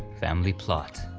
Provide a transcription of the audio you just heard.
family plot.